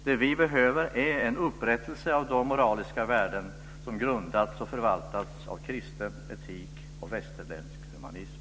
Det vi behöver är en upprättelse av de moraliska värden som grundats och förvaltats av kristen etik och västerländsk humanism.